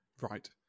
right